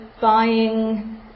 buying